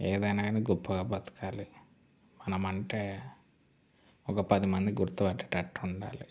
ఏదన్నా కానీ గొప్పగా బతకాలి మనం అంటే ఒక పదిమంది గుర్తుపట్టేటట్టు ఉండాలి